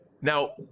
Now